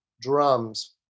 drums